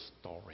story